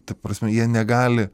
ta prasme jie negali